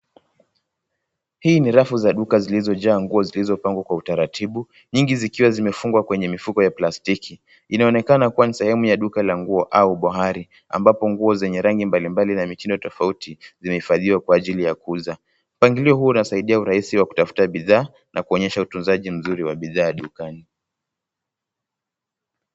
Hii ni rafu za duka zilizojaa nguo zilizopangwa kwa utaratibu, nyingi zikiwa zimefungwa kwenye mifuko ya plastiki. Inaonekana kuwa ni sehemu ya duka la nguo au bohari, ambapo nguo zenye rangi mbalimbali na mitindo tofauti zimehifadhiwa kwa ajili ya kuuza. Mpangilio huu unasaidia urahisi wa kutafuta bidhaa, na kuonyesha utunzaji mzuri wa bidhaa dukani.